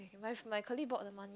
my my colleague bought the one